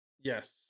yes